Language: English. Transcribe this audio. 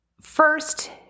first